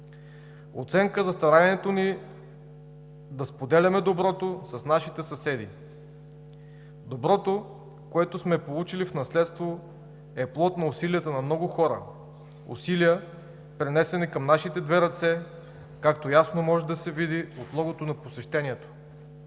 оценка за старанието ни да споделяме доброто с нашите съседи. Доброто, което сме получили в наследство, е плод на усилията на много хора – усилия, пренесени към нашите две ръце, както ясно може да се види от логото на посещението.